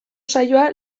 saioa